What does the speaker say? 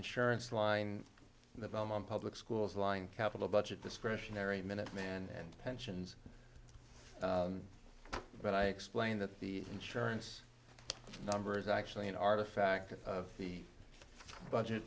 insurance line the belmont public schools line capital budget discretionary minuteman and pensions but i explained that the insurance number is actually an artifact of the budget